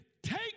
Take